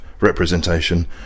representation